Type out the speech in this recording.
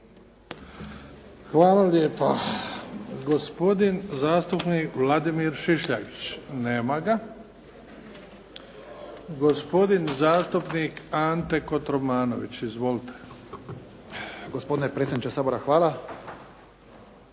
Hvala lijepa. Gospodin zastupnik Vladimir Šišljagić, nema ga. Gospodin zastupnik Ante Kotromanović. Izvolite. **Kotromanović,